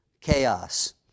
chaos